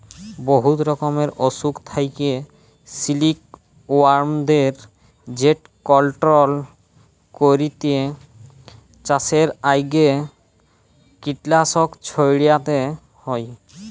বহুত রকমের অসুখ থ্যাকে সিলিকওয়ার্মদের যেট কলট্রল ক্যইরতে চাষের আগে কীটলাসক ছইড়াতে হ্যয়